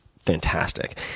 fantastic